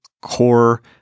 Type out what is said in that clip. core